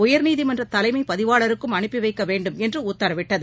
உயர்நீதிமன்றதலைமைப் பதிவாளருக்கும் அனுப்பிவைக்கவேண்டுமென்றுஉத்தரவிட்டது